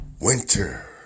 winter